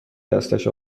دستش